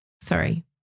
sorry